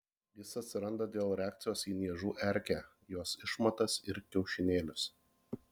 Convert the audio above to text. jis atsiranda dėl reakcijos į niežų erkę jos išmatas ir kiaušinėlius